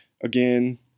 again